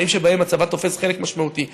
חיים שבהם הצבא תופס חלק משמעותי.